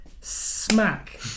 smack